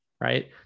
Right